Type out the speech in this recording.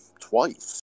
twice